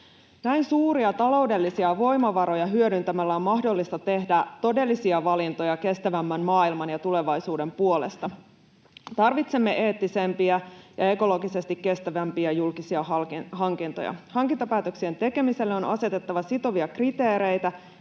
Näin suuria taloudellisia voimavaroja hyödyntämällä on mahdollista tehdä todellisia valintoja kestävämmän maailman ja tulevaisuuden puolesta. Tarvitsemme eettisempiä ja ekologisesti kestävämpiä julkisia hankintoja. Hankintapäätöksien tekemiselle on asetettava sitovia kriteereitä